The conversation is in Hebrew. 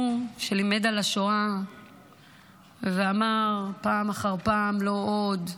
הוא, שלימד על השואה ואמר פעם אחר פעם "לא עוד",